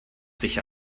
sich